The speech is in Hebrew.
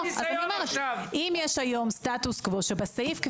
היום יש סטטוס קוו שבסעיף,